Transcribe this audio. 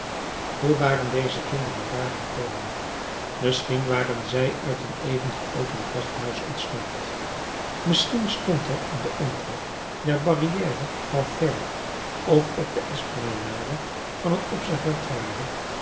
hoe waren deze kinderen dààr gekomen misschien waren zij uit een even geopend wachthuis ontsnapt misschien stond er in den omtrek der barrière d'enfer of op de esplanade van het observatoire